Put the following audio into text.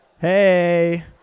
Hey